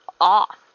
off